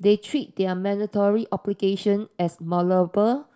they treat their mandatory obligation as malleable